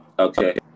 Okay